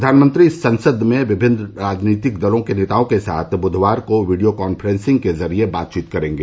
प्रधानमंत्री संसद में विभिन्न राजनीतिक दलों के नेताओं के साथ बुधवार को वीडियो कान्फ्रेंसिंग के जरिये बातचीत करेंगे